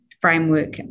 framework